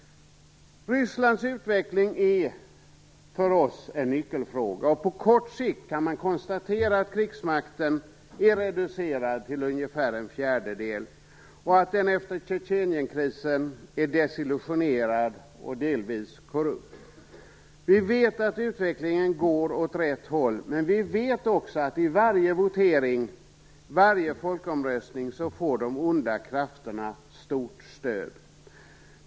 Rysslands utveckling är en nyckelfråga för oss. På kort sikt kan man konstatera att krigsmakten är reducerad till ungefär en fjärdedel och att den efter Tjetjenienkrisen är desillusionerad och delvis korrupt. Vi vet att utvecklingen går åt rätt håll, men vi vet också att vid varje votering och folkomröstning får de onda krafterna stort stöd.